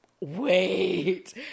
wait